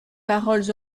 paroles